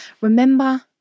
remember